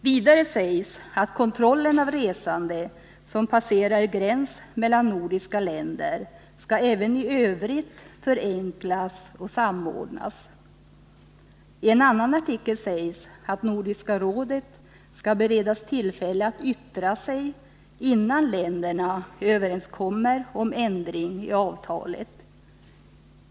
Vidare sägs ”att kontrollen av resande som passerar gräns mellan nordiska länder även i övrigt skall förenklas och samordnas”. I en annan artikel sägs ”att Nordiska rådet skall beredas tillfälle att yttra sig innan länderna överenskommer om ändring i avtalet”.